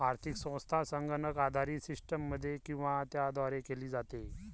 आर्थिक संस्था संगणक आधारित सिस्टममध्ये किंवा त्याद्वारे केली जाते